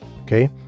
Okay